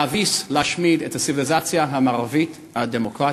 להביס, להשמיד את הציוויליזציה המערבית הדמוקרטית,